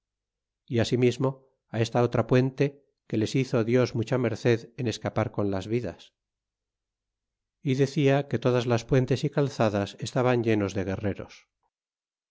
y asimismo á esta otra puente que les hizo dios mucha merced en escapar con las vidas y deda que todas las puentes y calzadas estaban denos de guerreros